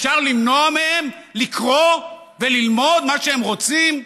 אפשר למנוע מהם לקרוא וללמוד מה שהם רוצים?